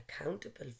accountable